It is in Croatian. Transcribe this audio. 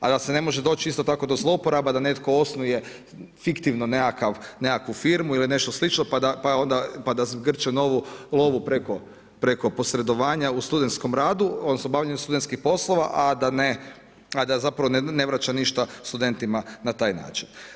A da se ne može doći, isto tako do zlouporaba, da netko osnuje fiktivnu nekakvu firmu i sl. pa da zgrče lovu preko posredovanja u studenskom radu, odnosno, obavljanju studentskih poslova, a da zapravo ne vraća ništa studentima na taj način.